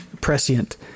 prescient